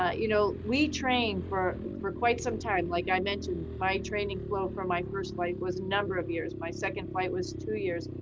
ah you know we trained for for quite some time, like i mentioned, my training flow for my first life was a number of years. my second flight was two years.